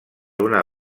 una